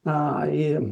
na ir